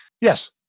Yes